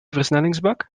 versnellingsbak